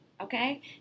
okay